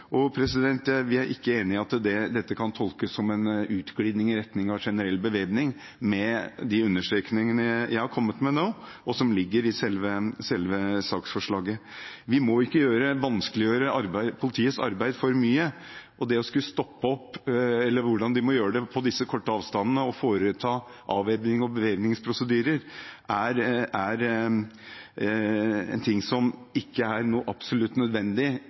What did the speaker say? Vi er ikke enig i at dette kan tolkes som en utglidning i retning av generell bevæpning, med de understrekningene jeg har kommet med nå, og som ligger i selve saksforslaget. Vi må ikke vanskeliggjøre politiets arbeid for mye. Det å skulle stoppe opp, eller hvordan de må gjøre det på disse korte avstandene, og foreta avvæpnings- og bevæpningsprosedyrer er ikke noe som er absolutt nødvendig